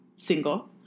Single